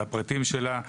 על הפרטים שלה.